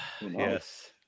Yes